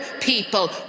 people